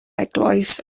eglwys